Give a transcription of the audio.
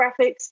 graphics